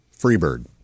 Freebird